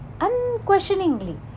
unquestioningly